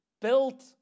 built